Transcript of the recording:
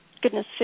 goodness